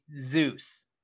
Zeus